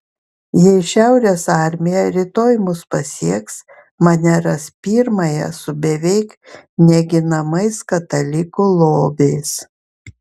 jei šiaurės armija rytoj mus pasieks mane ras pirmąją su beveik neginamais katalikų lobiais